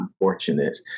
unfortunate